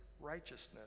righteousness